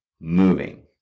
moving